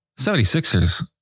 76ers